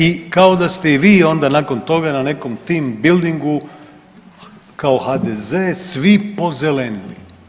I kao da ste i vi onda nakon toga na nekom team buildingu kao HDZ svi pozelenili.